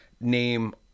name